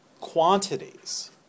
quantities